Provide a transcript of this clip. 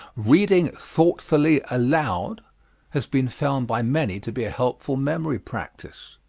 reading thoughtfully aloud has been found by many to be a helpful memory practise.